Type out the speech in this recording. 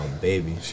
baby